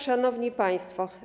Szanowni Państwo!